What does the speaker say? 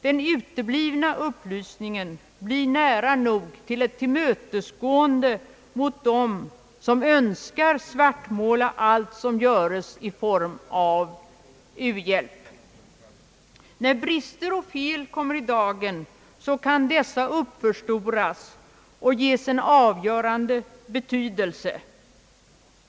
Den uteblivna upplysningen blir nära nog till ett tillmötesgående mot dem som önskar svartmåla allt som görs i form av u-hjälp. När brister och fel kommer i dagen, kan dessa uppförstoras och ges en avgörande betydelse.